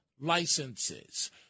licenses